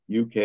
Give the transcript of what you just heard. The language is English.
UK